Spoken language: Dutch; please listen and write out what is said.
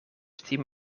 tien